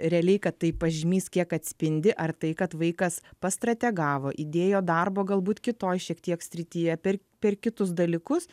realiai kad tai pažymys kiek atspindi ar tai kad vaikas pastrategavo įdėjo darbo galbūt kitoj šiek tiek srityje per per kitus dalykus